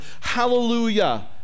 Hallelujah